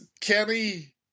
kenny